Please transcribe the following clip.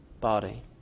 body